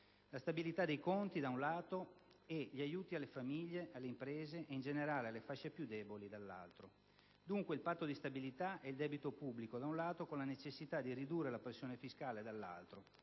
la stabilità dei conti, da un lato, e gli aiuti alle famiglie, alle imprese e in generale alle fasce più deboli, dall'altro. Dunque il patto di stabilità e il debito pubblico, da un lato, con la necessità, dall'altro, di ridurre la pressione fiscale, soprattutto